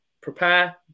prepare